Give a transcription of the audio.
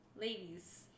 ladies